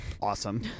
Awesome